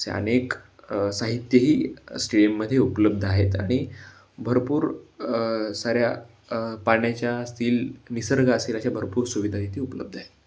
असे अनेक साहित्यही स्टेडियममध्ये उपलब्ध आहेत आणि भरपूर साऱ्या पाण्याच्या असतील निसर्ग असेल अशा भरपूर सुविधा इथे उपलब्ध आहेत